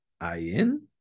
I-in